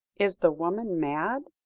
is the woman mad?